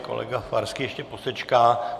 Kolega Farský ještě posečká.